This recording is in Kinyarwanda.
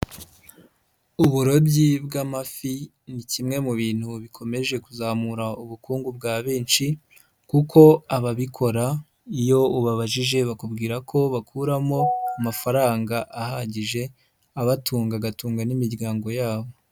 Uburobyi bw'amafi ni kimwe mu bintu bikomeje kuzamura ubukungu bwa benshi, kuko ababikora iyo ubababajije bakubwira ko bakuramo amafaranga ahagije abatunga agatunga n'imiryango yabo.